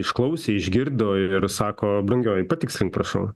išklausė išgirdo ir sako brangioji patikslink prašau